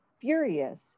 furious